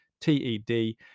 T-E-D